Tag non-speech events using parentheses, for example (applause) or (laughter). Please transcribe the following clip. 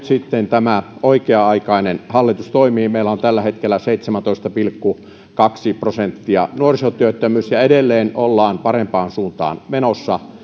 (unintelligible) sitten tämä oikea aikainen hallitus toimii meillä on tällä hetkellä seitsemäntoista pilkku kaksi prosenttia nuorisotyöttömyys ja edelleen ollaan parempaan suuntaan menossa (unintelligible)